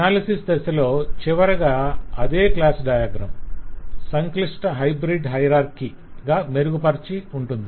analysis దశలో చివరగా అదే క్లాస్ డయాగ్రం సంక్లిష్ట హైబ్రిడ్ హాయరార్కి గా మెరుగుపరచి ఉంటుంది